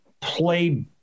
play